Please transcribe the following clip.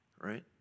Right